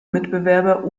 mitbewerber